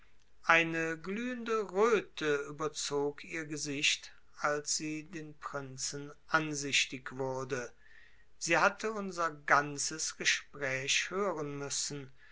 eine glühende röte überzog ihr gesicht als die den prinzen ansichtig wurde sie hatte unser ganzes gespräch hören müssen